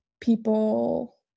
people